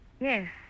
Yes